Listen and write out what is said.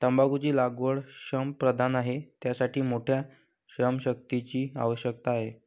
तंबाखूची लागवड श्रमप्रधान आहे, त्यासाठी मोठ्या श्रमशक्तीची आवश्यकता आहे